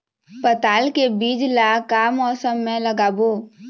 पताल के बीज ला का मौसम मे लगाबो?